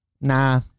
nah